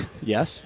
Yes